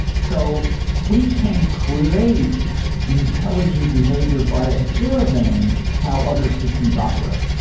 so we can create intelligent behavior by observing how other systems operate.